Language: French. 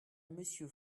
monsieur